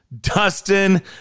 Dustin